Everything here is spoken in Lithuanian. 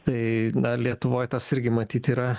tai na lietuvoj tas irgi matyt yra